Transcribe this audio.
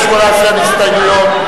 ו-(18) אין הסתייגויות.